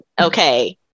Okay